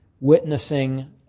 witnessing